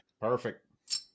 Perfect